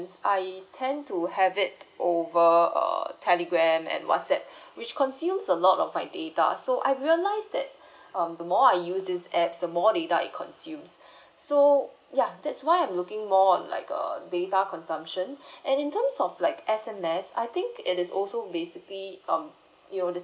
is I tend to have it over err Telegram and WhatsApp which consumes a lot of my data so I realise that um the more I use this A_P_P the more data it consumes so ya that's why I'm looking more on like err data consumption and in terms of like S_M_S I think it is also basically um you know the